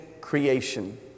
creation